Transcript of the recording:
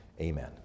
Amen